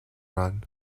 run